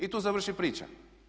I tu završi priča.